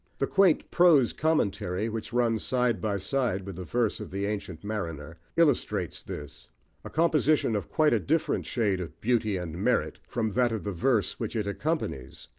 the quaint prose commentary, which runs side by side with the verse of the ancient mariner, illustrates this a composition of quite a different shade of beauty and merit from that of the verse which it accompanies,